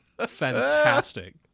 Fantastic